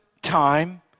time